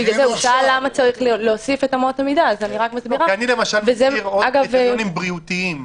קריטריונים בריאותיים,